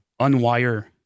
unwire